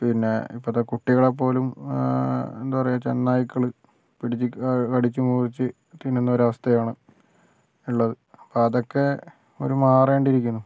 പിന്നെ ഇപ്പഴത്തെ കുട്ടികളെപ്പോലും എന്താ പറയുക ചെന്നായ്ക്കള് പിടിച്ച് കടിച്ച് മുറിച്ച് തിന്നുന്ന ഒരു അവസ്ഥ ആണ് ഉള്ളത് അപ്പം അതൊക്കെ ഒന്ന് മാറേണ്ടി ഇരിക്കുന്നു